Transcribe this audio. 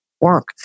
work